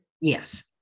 Yes